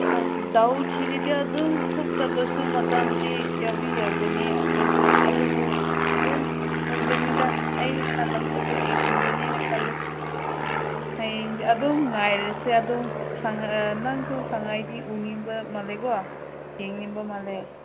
ꯗꯥꯎ ꯊꯤꯔꯗꯤ ꯑꯗꯨꯝ ꯊꯣꯛꯇꯕꯁꯨ ꯃꯇꯝꯗꯤ ꯌꯥꯎꯕ ꯑꯗꯨꯗꯤ ꯑꯗꯨꯕꯨ ꯑꯗꯨꯝ ꯎꯒꯅꯤꯗ ꯑꯩꯅ ꯈꯜꯂꯝꯕꯁꯦ ꯑꯩ ꯎꯒꯅꯤꯅ ꯈꯜꯂꯦ ꯍꯌꯦꯡꯗꯤ ꯑꯗꯨꯝ ꯉꯥꯏꯔꯁꯤ ꯑꯗꯨ ꯅꯪꯁꯨ ꯁꯪꯉꯥꯏꯗꯤ ꯎꯅꯤꯡꯕ ꯃꯥꯜꯂꯦꯀꯣ ꯌꯦꯡꯅꯤꯡꯕ ꯃꯥꯜꯂꯦ